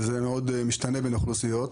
וזה מאוד משתנה בין אוכלוסיות.